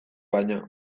baino